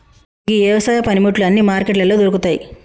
గీ యవసాయ పనిముట్లు అన్నీ మార్కెట్లలో దొరుకుతాయి